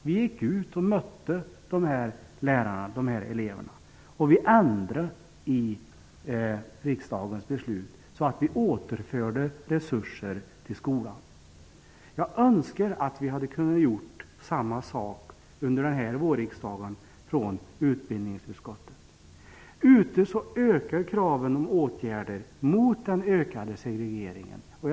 Vi gick ut och mötte dessa lärare och elever, och vi ändrade i riksdagens beslut så att vi återförde resurser till skolan. Jag önskar att utbildningsutskottet hade kunnat gjort samma sak under denna vårriksdag. Ute i skolorna ökar kraven på åtgärder mot den ökade segregeringen. Herr talman!